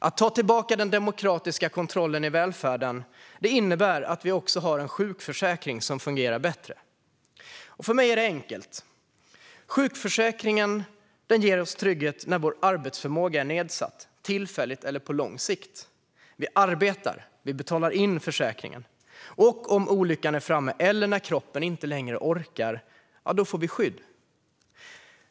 Att ta tillbaka den demokratiska kontrollen i välfärden innebär att ha en sjukförsäkring som fungerar bättre. För mig är det enkelt: Sjukförsäkringen ger trygghet när vår arbetsförmåga är nedsatt, tillfälligt eller på lång sikt. Vi arbetar och betalar in till försäkringen, och om olyckan är framme eller när kroppen inte längre orkar - ja, då får vi skydd.